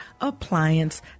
appliance